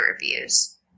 reviews